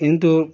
কিন্তু